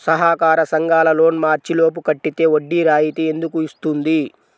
సహకార సంఘాల loan March లోపు కట్టితే వడ్డీ రాయితీ ఎందుకు ఇస్తుంది?